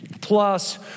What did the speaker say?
plus